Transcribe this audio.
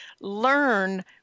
learn